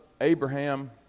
Abraham